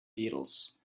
beatles